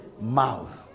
mouth